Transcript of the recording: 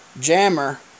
Jammer